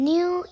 New